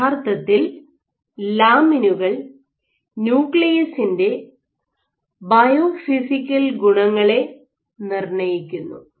യഥാർത്ഥത്തിൽ ലാമിനുകൾ ന്യൂക്ലിയസിന്റെ ബയോഫിസിക്കൽ ഗുണങ്ങളെ നിർണയിക്കുന്നു